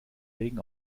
regen